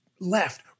left